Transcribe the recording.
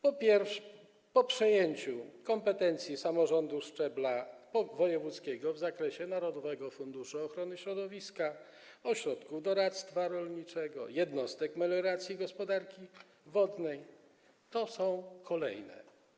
Po przejęciu kompetencji samorządu szczebla wojewódzkiego w zakresie narodowego funduszu ochrony środowiska, ośrodków doradztwa rolniczego i jednostek melioracji gospodarki wodnej te są kolejne.